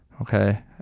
Okay